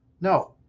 No